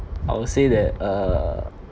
I would say that err